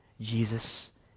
Jesus